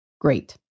great